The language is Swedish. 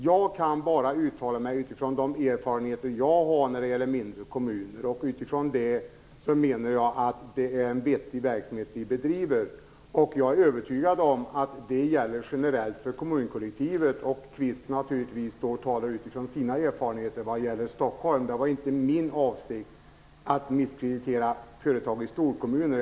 Jag kan bara uttala mig utifrån de erfarenheter som jag har i fråga om mindre kommuner, och utifrån det menar jag att det är en vettig verksamhet som bedrivs. Jag är övertygad om att det gäller generellt för kommunkollektivet. Kenneth Kvist talar naturligtvis utifrån sina erfarenheter från Stockholm. Det var inte min avsikt att misskreditera företag i storkommuner.